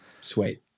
sweet